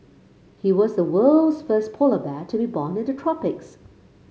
he was the world's first polar bear to be born in the tropics